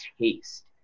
taste